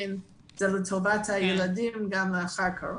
ולכן זה לטובת הילדים גם לאחר הקורונה.